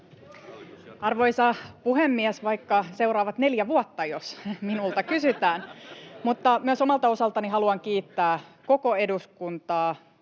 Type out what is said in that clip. Arvoisa puhemies! Vaikka seuraavat neljä vuotta, jos minulta kysytään. Myös omalta osaltani haluan kiittää koko eduskuntaa,